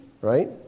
right